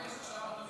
אני לא זוכר בעל פה.